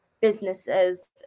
businesses